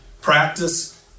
practice